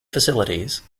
facilities